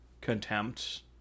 contempt